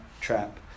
trap